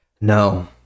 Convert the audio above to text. No